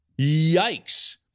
Yikes